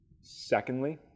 Secondly